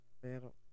Pero